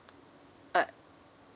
uh